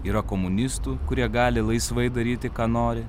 yra komunistų kurie gali laisvai daryti ką nori